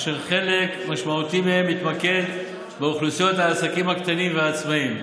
אשר חלק משמעותי מהם מתמקד באוכלוסיית העסקים הקטנים והעצמאים.